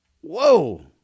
Whoa